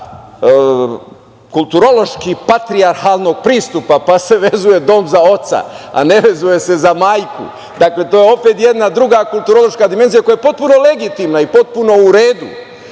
kulturoloških patrijarhalnog pristupa, pa se vezuje dom za oca, a ne vezuje se za majku. To je opet jedna druga kulturološka dimenzija koja je potpuno legitimna i potpuno u redu